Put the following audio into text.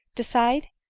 decide!